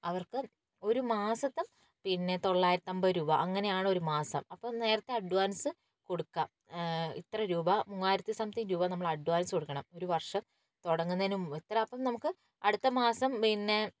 അവർക്ക് ഒരു മാസത്തേയും പിന്നെ തൊള്ളായിരത്തി അമ്പത് രൂപ അങ്ങനെയാണ് ഒരു മാസം അപ്പം നേരത്തെ അഡ്വാൻസ് കൊടുക്കാം ഇത്ര രൂപ മൂവായിരത്തി സംതിങ്ങ് രൂപ നമ്മൾ അഡ്വാൻസ് കൊടുക്കണം ഒരു വർഷം തുടങ്ങുന്നതിന് മുൻപ് ഇത്ര അപ്പം നമുക്ക് അടുത്ത മാസം പിന്നെ